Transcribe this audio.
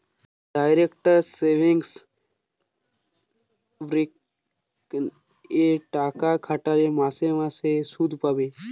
direct savings bank এ টাকা খাটালে মাসে মাসে শুধ পাবে